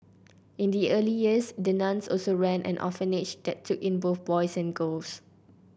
in the early years the nuns also ran an orphanage that took in both boys and girls